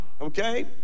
okay